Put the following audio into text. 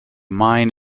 mine